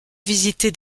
visité